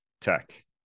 tech